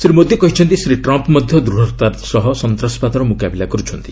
ଶ୍ରୀ ମୋଦି କହିଛନ୍ତି ଶ୍ରୀ ଟ୍ରମ୍ପ ମଧ୍ୟ ଦୂଢ଼ତାର ସହ ସନ୍ତାସବାଦର ମୁକାବିଲା କରୁଛନ୍ତି